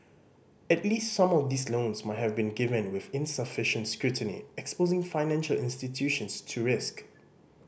at least some of these loans might have been given with insufficient scrutiny exposing financial institutions to risk